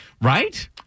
right